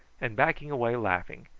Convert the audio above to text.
and backing away laughing,